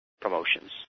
promotions